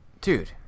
Dude